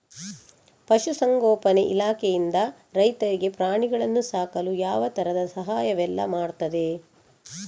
ಪಶುಸಂಗೋಪನೆ ಇಲಾಖೆಯಿಂದ ರೈತರಿಗೆ ಪ್ರಾಣಿಗಳನ್ನು ಸಾಕಲು ಯಾವ ತರದ ಸಹಾಯವೆಲ್ಲ ಮಾಡ್ತದೆ?